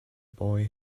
boy